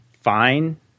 fine